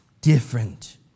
different